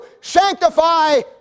sanctify